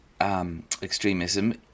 extremism